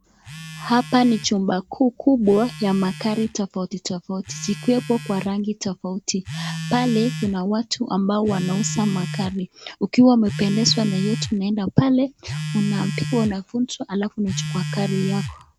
Hapa ni chumba kuu kubwa ya magari tofauti tofauti zikiwa kwa rangi tofauti. Pale kuna watu ambao wanauza magari. Ukiwa umependezwa na iyo tunaenda pale unaambiwa na mtu alafu unachukua gari yako.